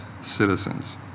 citizens